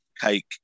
cake